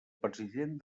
president